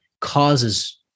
causes